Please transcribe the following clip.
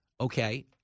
okay